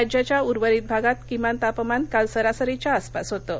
राज्याच्या उर्वरित भागात किमान तापमान काल सरासरीच्या आसपास होतं